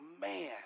man